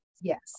Yes